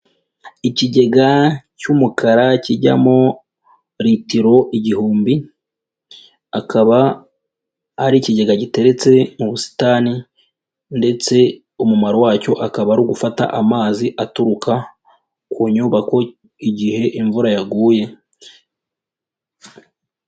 Ikigega cy'umukara kijyamo litiro igihumbi, akaba ari ikigega giteretse mu busitani ndetse umumaro wacyo akaba ari ugufata amazi aturuka ku nyubako igihe imvura yaguye.